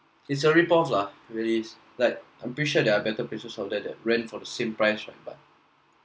it's a ripoff lah really like I'm pretty sure there are better places our there that rent for the same price right but